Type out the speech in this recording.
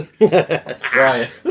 Right